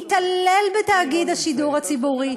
מתעלל בתאגיד השידור הציבורי,